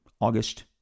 August